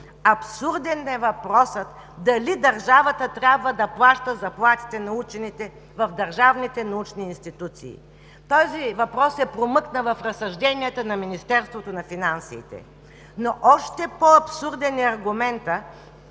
Абсурден е въпросът дали държавата трябва да плаща заплатите на учените в държавните научни институции. Този въпрос се промъкна в разсъжденията на Министерството на финансите. Но още по-абсурден е аргументът,